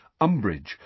Umbridge